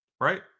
Right